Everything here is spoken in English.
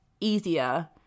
easier